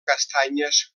castanyes